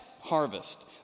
harvest